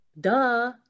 duh